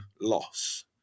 loss